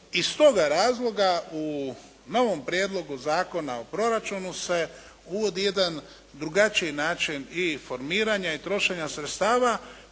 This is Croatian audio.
iz toga razloga u novom prijedlogu Zakona o proračunu se uvodi jedan drugačiji način i formiranja i trošenja sredstava